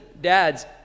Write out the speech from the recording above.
dads